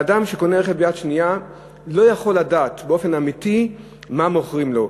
ואדם שקונה רכב יד שנייה לא יכול לדעת באופן אמיתי מה מוכרים לו.